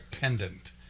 pendant